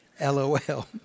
LOL